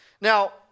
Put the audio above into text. Now